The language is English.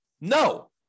No